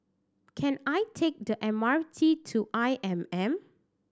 can I take the M R T to I M M